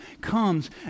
comes